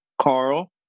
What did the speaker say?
Carl